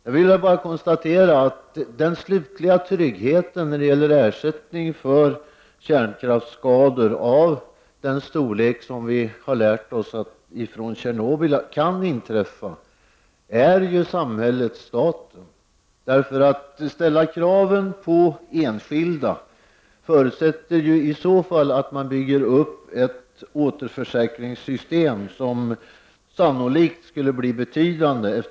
Jag vill bara konstatera att den slutliga tryggheten när det gäller ersättning för kärnkraftsskador av den storleksordning som, enligt vad vi har lärt oss ifrån Tjernobyl, kan inträffa utgörs av samhället och staten. Skall man ställa krav på enskilda förutsätter det i så fall att man lägger upp ett återförsäkringssystem som sannolikt skulle bli betydande.